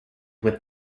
with